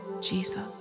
Jesus